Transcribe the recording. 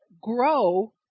grow